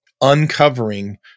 uncovering